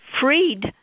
freed